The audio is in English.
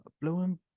Blowing